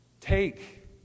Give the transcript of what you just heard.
Take